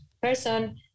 person